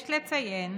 יש לציין